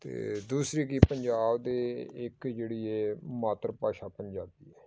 ਅਤੇ ਦੂਸਰੀ ਕੀ ਪੰਜਾਬ ਦੇ ਇੱਕ ਜਿਹੜੀ ਹੈ ਮਾਤਰ ਭਾਸ਼ਾ ਪੰਜਾਬੀ ਹੈ